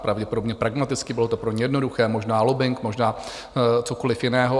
Pravděpodobně pragmaticky, bylo to pro ně jednoduché, možná lobbing, možná cokoliv jiného.